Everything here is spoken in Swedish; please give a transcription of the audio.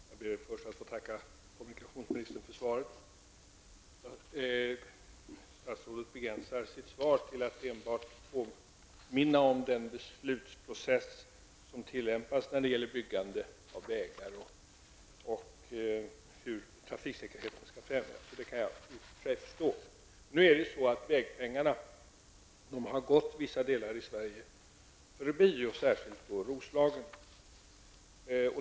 Herr talman! Jag ber först att få tacka kommunikationsministern för svaret. Statsrådet begränsar sitt svar till att enbart påminna om den beslutsprocess som tillämpas när det gäller byggande av vägar och hur trafiksäkerheten skall främjas. Det kan jag i och för sig förstå. Nu är det emellertid så att vägpengarna har gått vissa delar av Sverige förbi, särskilt då Roslagen.